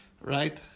right